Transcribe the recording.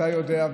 אתה יודע,